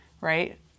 right